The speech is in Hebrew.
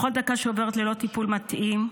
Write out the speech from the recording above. בכל דקה שעוברת ללא טיפול מתאים,